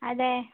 അതെ